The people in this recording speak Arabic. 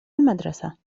المدرسة